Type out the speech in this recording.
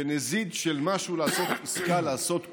בנזיד של משהו, לעשות עסקה, לעשות קומבינה.